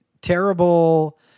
terrible